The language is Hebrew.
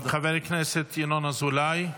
חבר הכנסת ינון אזולאי,